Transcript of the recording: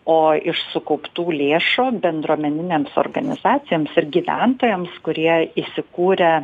o iš sukauptų lėšų bendruomeninėms organizacijoms ir gyventojams kurie įsikūrę